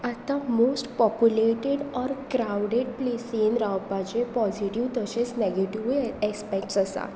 आतां most populated or crowded प्लेसीन रावपाचे पॉजिटीव तशेंच नेगेटीवूय एसपेक्ट्स आसा